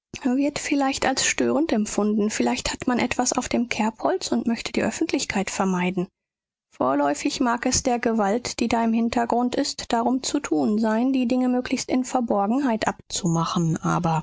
wird vielleicht als störend empfunden vielleicht hat man etwas auf dem kerbholz und möchte die öffentlichkeit vermeiden vorläufig mag es der gewalt die da im hintergrund ist darum zu tun sein die dinge möglichst in verborgenheit abzumachen aber